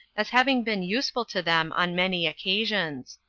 as having been useful to them on many occasions.